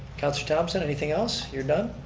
councilor thomson, anything else? you're done?